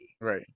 Right